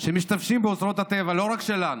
שמשתמשות באוצרות הטבע, לא רק שלנו: